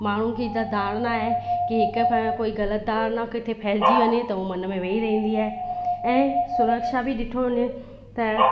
माण्हुनि की त धारणा आहे की हिकु बार कोई ग़लति धारणा किथे फैलिजी वञे त उहो मन में वेही रहंदी आहे ऐं सुरक्षा बी ॾिठो वञे त